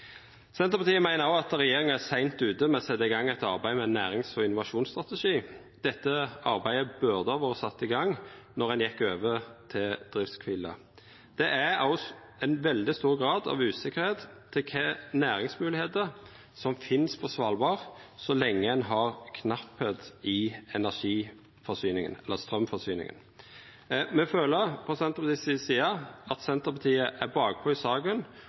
Senterpartiet meiner òg at regjeringa er seint ute med å setja i gang eit arbeid med ein nærings- og innovasjonsstrategi. Dette arbeidet burde ha vore sett i gang då ein gjekk over til driftskvile. Det er også ein veldig stor grad av usikkerheit om kva for næringsmoglegheiter som finst på Svalbard, så lenge det er knapt om straumforsyning. Me frå Senterpartiets side føler at Senterpartiet er bakpå i